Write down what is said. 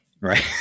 right